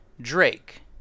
Drake